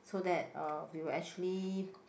so that uh we will actually